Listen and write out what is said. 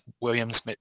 Williams